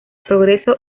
progreso